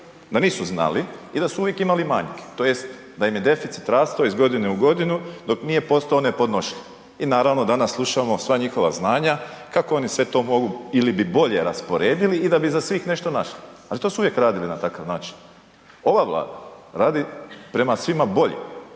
da nisu znali i da su uvijek imali manjke, tj. da im je deficit rastao iz godine u godinu dok nije posao nepodnošljiv. I naravno, danas slušamo sva njihova znanja kako oni sve to mogu ili bi bolje rasporedili i da bi za svih nešto našli. Ali to su uvijek radili na takav način. Ova Vlada radi prema svima bolje